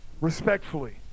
respectfully